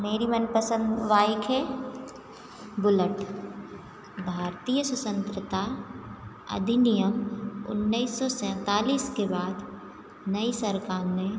मेरी मनपसन्द बाइक़ है बुलेट भारतीय स्वतन्त्रता अधिनियम उन्नीस सौ सैँतालिस के बाद नई सरकार में